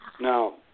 Now